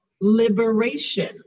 liberation